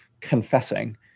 confessing